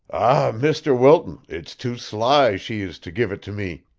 ah, mr. wilton, it's too sly she is to give it to me.